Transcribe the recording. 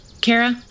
Kara